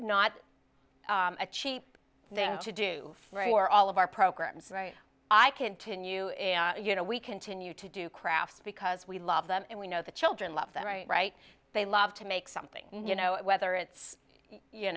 not a cheap to do for all of our programs right i continue you know we continue to do crafts because we love them and we know the children love them right right they love to make something you know whether it's you